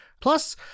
Plus